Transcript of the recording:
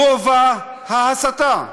גובה ההסתה.